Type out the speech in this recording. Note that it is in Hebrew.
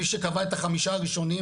מי שקבע את החמישה הראשונים,